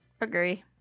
Agree